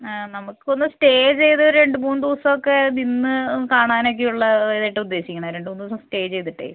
നമുക്ക് ഒന്ന് സ്റ്റേ ചെയ്ത് ഒരു രണ്ട് മൂന്ന് ദിവസമൊക്കെ നിന്ന് കാണാനൊക്കെയുള്ള ഒരിതായിട്ടാണ് ഉദ്ദേശിക്കുന്നത് രണ്ട് മൂന്ന് ദിവസം സ്റ്റേ ചെയ്തിട്ടേ